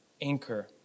anchor